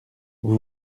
vous